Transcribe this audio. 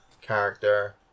character